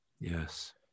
Yes